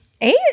eight